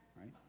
right